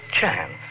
chance